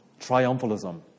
triumphalism